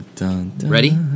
Ready